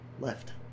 left